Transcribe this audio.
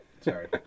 Sorry